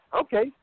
okay